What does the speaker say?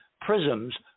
prisms